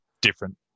different